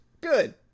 good